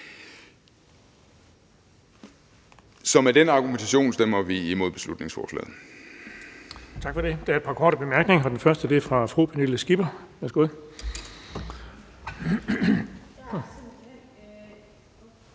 Så med den argumentation stemmer vi imod beslutningsforslaget.